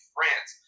France